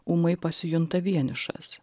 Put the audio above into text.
ūmai pasijunta vienišas